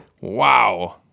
Wow